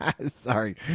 sorry